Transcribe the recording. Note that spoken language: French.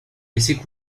laissaient